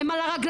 הן על הרגליים,